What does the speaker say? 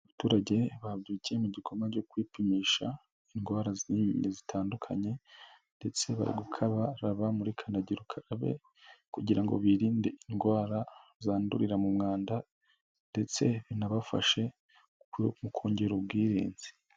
Abaturage ba burikiye mu gikorwa cyo kwipimisha indwara zitandukanye, ndetse gukarabaraba muri kanagerukabe kugira ngo birinde indwara zandurira mu mwanda, ndetse binabafashe mu kongera ubwirinzi.